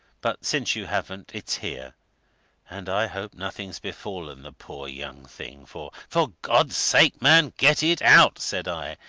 but since you haven't, it's here and i hope nothing's befallen the poor young thing, for for god's sake, man, get it out! said i.